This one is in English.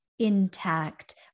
Intact